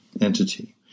entity